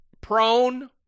prone—